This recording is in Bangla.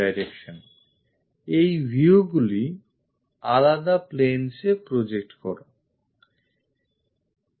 এখন এই viewগুলি আলাদা planes এ project করো